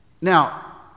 Now